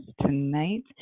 tonight